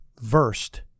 versed